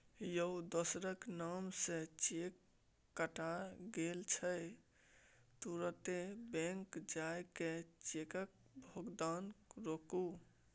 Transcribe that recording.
यौ दोसरक नाम सँ चेक कटा गेल छै तुरते बैंक जाए कय चेकक भोगतान रोकु